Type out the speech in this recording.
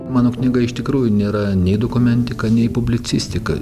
mano knyga iš tikrųjų nėra nei dokumentika nei publicistika